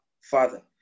Father